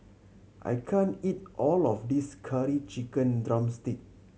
I can't eat all of this Curry Chicken drumstick